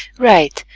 right,